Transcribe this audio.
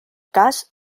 cas